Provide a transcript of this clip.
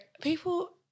people